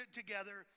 together